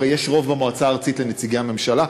הרי יש רוב במועצה הארצית לנציגי הממשלה.